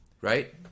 Right